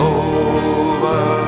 over